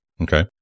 Okay